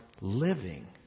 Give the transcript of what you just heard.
living